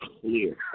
clear